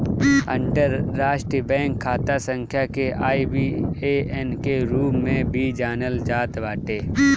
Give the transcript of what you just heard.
अंतरराष्ट्रीय बैंक खाता संख्या के आई.बी.ए.एन के रूप में भी जानल जात बाटे